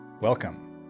welcome